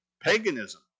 paganism